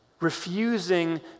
refusing